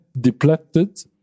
depleted